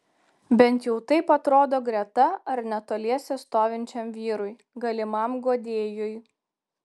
bent jau taip atrodo greta ar netoliese stovinčiam vyrui galimam guodėjui